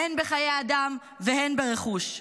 הן בחיי אדם והן ברכוש.